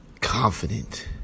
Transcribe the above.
confident